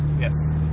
yes